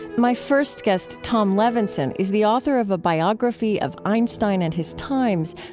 my first guest, tom levenson, is the author of a biography of einstein and his times,